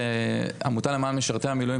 כעמותה למען משרתי המילואים,